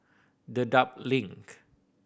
Dedap Link